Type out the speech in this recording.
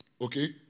Okay